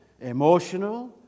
emotional